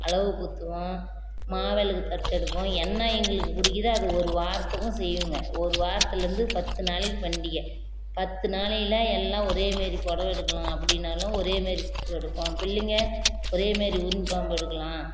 அலகு குத்துவோம் மாவிளக்கு தட்டு எடுப்போம் என்ன எங்களுக்கு பிடிக்கிதோ அதை ஒரு வாரத்துக்கும் செய்வோங்க ஒரு வாரத்துலேருந்து பத்து நாளைக்கு பண்டிகை பத்து நாளையில் எல்லாம் ஒரே மாரி பொடவை எடுக்கணும் அப்படினாலும் ஒரேமாரி எடுப்போம் பிள்ளைங்க ஒரேமாரி யூனிஃபார்ம் எடுக்கலாம்